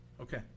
Okay